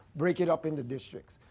break it up into districts.